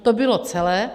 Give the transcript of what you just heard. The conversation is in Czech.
To bylo celé.